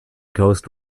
ghost